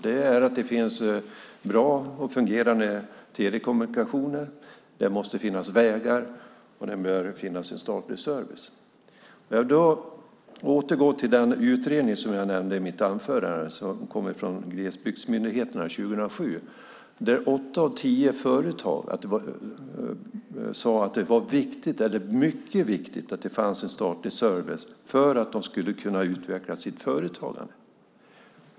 Det måste finnas bra och fungerande telekommunikationer samt vägar, och det bör finnas en statlig service. Jag återgår till den utredning som jag nämnde i mitt anförande som kom från glesbygdsmyndigheterna 2007. Det framkom att för åtta av tio företag var det mycket eller mycket viktigt att det fanns en statlig service för att de skulle kunna utveckla sitt företagande.